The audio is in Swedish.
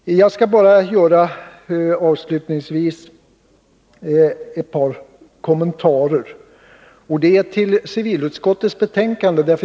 Jag skall bara avslutningsvis göra ett par kommentarer till civilutskottets betänkande.